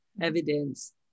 evidence